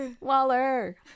Waller